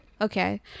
Okay